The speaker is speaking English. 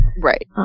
Right